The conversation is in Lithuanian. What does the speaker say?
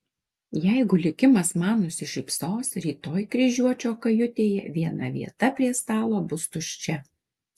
jeigu likimas man nusišypsos rytoj kryžiuočio kajutėje viena vieta prie stalo bus tuščia